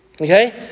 Okay